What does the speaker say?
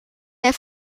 der